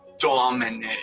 dominant